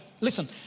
Listen